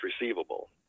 receivable